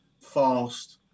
fast